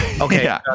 Okay